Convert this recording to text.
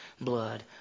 blood